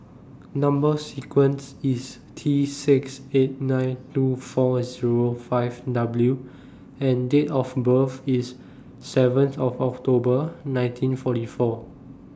Number sequence IS T six eight nine two four Zero five W and Date of birth IS seven of October nineteen forty four